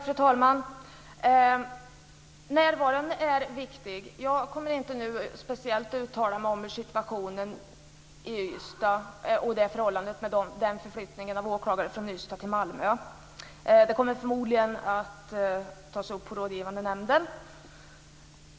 Fru talman! Närvaron är viktig. Jag kommer inte att nu speciellt uttala mig om situationen i Ystad och förflyttningen av åklagarna till Malmö. Den frågan kommer förmodligen att tas upp i Rådgivande nämnden.